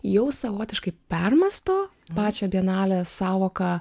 jau savotiškai permąsto pačią bienalės sąvoką